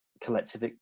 collective